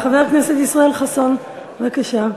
חבר הכנסת ישראל חסון, בבקשה.